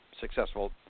successful